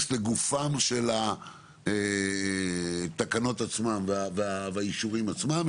לגופן של התקנות עצמם ביישובים עצמם,